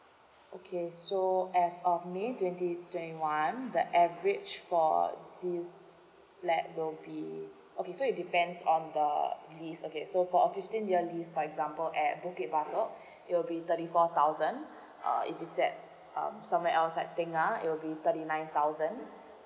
okay so as of may twenty twenty one the average for this flat will be okay so it depends on the lease okay so for a fifteen year lease for example at bukit batok it will be thirty four thousand uh if it's at um somewhere else like tengah it will be thirty nine thousand